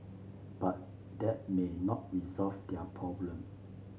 but that may not resolve their problem